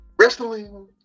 wrestling